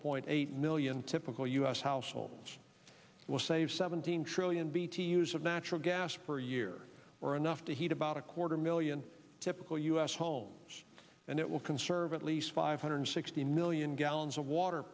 point eight million typical u s households will save seventeen trillion bt use of natural gas per year or enough to heat about a quarter million typical u s homes and it will conserve at least five hundred sixty million gallons of water